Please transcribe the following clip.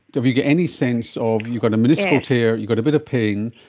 have you got any sense of, you've got a meniscal tear, you've got a bit of pain,